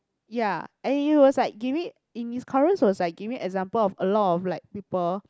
ya and he was like giving in his chorus was like giving example of a lot of like people